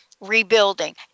rebuilding